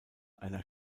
einer